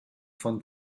von